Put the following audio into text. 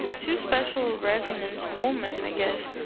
two special resonance moments, i guess,